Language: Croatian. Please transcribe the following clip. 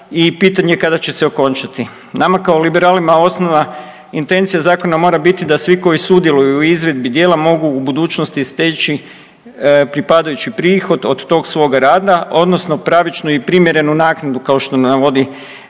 i pitanje kada će se okončati. Nama kao Liberalima osnovna intencija zakona mora biti da svi koji sudjeluju u izvedbi djela mogu u budućnosti steći pripadajući prihod od tog svog rada, odnosno pravičnu i primjerenu naknadu kao što navodi